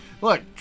look